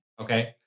Okay